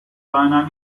seiner